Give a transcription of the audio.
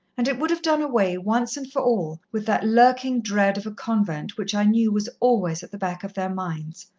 and it would have done away, once and for all, with that lurking dread of a convent which i knew was always at the back of their minds.